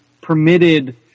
permitted